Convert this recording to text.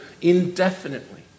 indefinitely